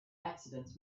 accidents